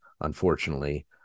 unfortunately